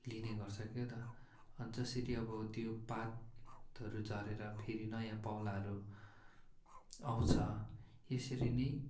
लिने गर्छ क्या त अनि जसरी अब त्यो पातहरू झरेर फेरि नयाँ पाउलाहरू आउँछ यसरी नै